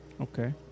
Okay